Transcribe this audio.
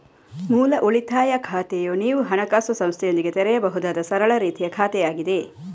ಮೂಲ ಉಳಿತಾಯ ಖಾತೆಯು ನೀವು ಹಣಕಾಸು ಸಂಸ್ಥೆಯೊಂದಿಗೆ ತೆರೆಯಬಹುದಾದ ಸರಳ ರೀತಿಯ ಖಾತೆಯಾಗಿದೆ